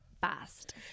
fast